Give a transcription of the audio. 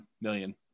million